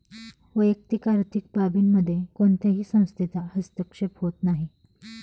वैयक्तिक आर्थिक बाबींमध्ये कोणत्याही संस्थेचा हस्तक्षेप होत नाही